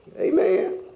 Amen